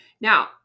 Now